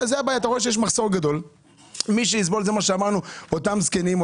אתה רואה שיש מחסור גדול ומי שיסבול הם אותם זקנים,